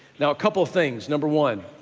now a couple of things. number one